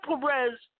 Perez